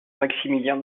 maximilien